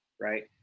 right